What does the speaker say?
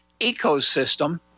ecosystem